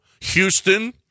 Houston